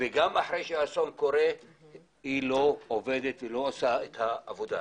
וגם אחרי שהאסון קורה היא לא עובדת ולא עושה את העבודה.